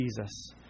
Jesus